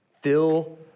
Fill